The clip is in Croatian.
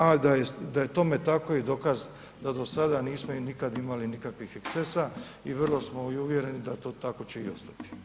A da je tome tako i dokaz da do sada nikada nismo imali nikakvih ekscesa i vrlo smo i uvjereni da to tako će i ostati.